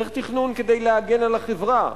צריך תכנון כדי להגן על החברה,